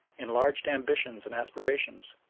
enlarged ambitions and aspirations,